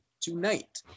tonight